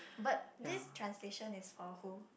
but this translation is for who